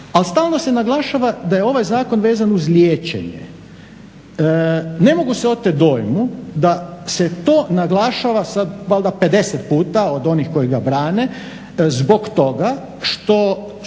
A stalno se naglašava da je ovaj zakon vezan uz liječenje. Ne mogu se oteti dojmu da se to naglašava valjda sada 50 puta od onih koji ga brane zbog toga što